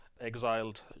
exiled